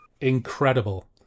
Incredible